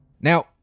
Now